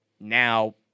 Now